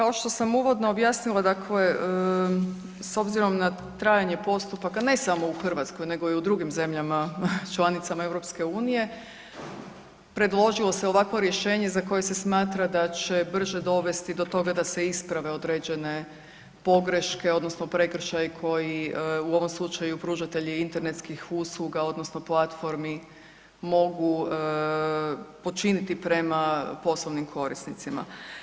Kao što sam uvodno objasnila, dakle s obzirom na trajanje postupaka, ne samo u Hrvatskoj nego i u drugim zemljama članicama EU, predložilo se ovakvo rješenje za koje se smatra da će brže dovesti do toga da se isprave određene pogreške odnosno prekršaji koji u ovom slučaju pružatelji internetskih usluga odnosno platformi, mogu počiniti prema poslovnim korisnicima.